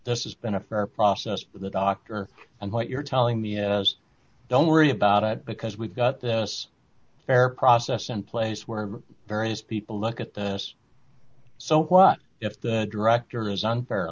this has been a fair process the doctor and what you're telling the don't worry about it because we've got this fair process in place where various people look at this so what if the director is unfair